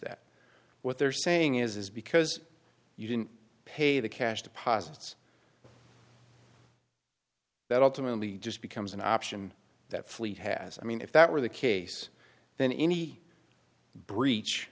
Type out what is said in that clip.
that what they're saying is because you didn't pay the cash deposits that ultimately just becomes an option that fleet has i mean if that were the case then any breach